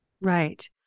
right